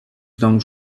doncs